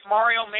Mario